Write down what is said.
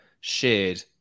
shared